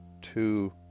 two